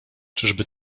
czyżby